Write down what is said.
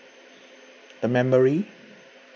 the memory